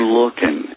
looking